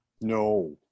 No